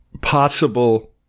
possible